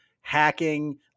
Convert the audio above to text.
hacking